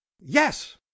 Yes